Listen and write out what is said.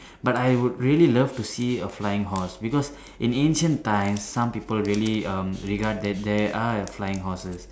but I would really love to see a flying horse because in ancient times some people really um regard that there are have flying horses